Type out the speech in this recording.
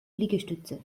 liegestütze